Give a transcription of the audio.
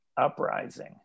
uprising